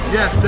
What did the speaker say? Yes